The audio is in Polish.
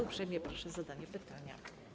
Uprzejmie proszę o zadanie pytania.